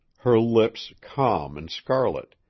her lips calm and scarlet,